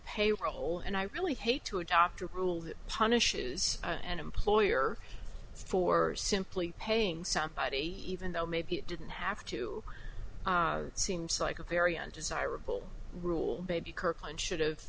payroll and i really hate to adopt a rule that punishes an employer for simply paying somebody even though maybe it didn't have to seems like a very undesirable rule by kirkland should've